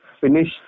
finish